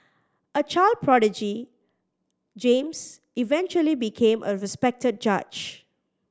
a child prodigy James eventually became a respected judge